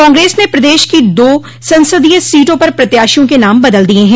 कांग्रेस ने प्रदेश की दो संसदीय सीटों पर प्रत्याशियों के नाम बदल दिये हैं